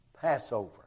Passover